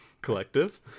Collective